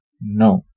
No